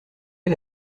est